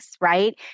right